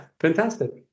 fantastic